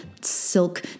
silk